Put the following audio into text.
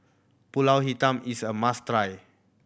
Pulut Hitam is a must try